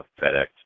FedEx